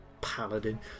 paladin